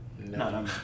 No